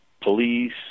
police